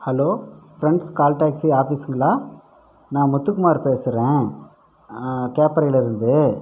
hello friends call taxi ஆஃபிசுங்களா நான் முத்துக்குமார் பேசறேன் கேப்பறையிலேருந்து